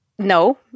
No